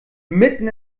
mitten